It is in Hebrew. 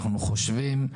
אנחנו חושבים,